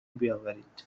بیاورید